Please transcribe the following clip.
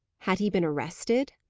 had he been arrested?